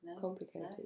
complicated